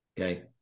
okay